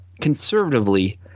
conservatively